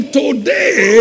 today